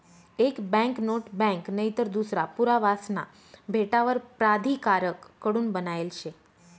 एक banknote bank नईतर दूसरा पुरावासना भेटावर प्राधिकारण कडून बनायेल शे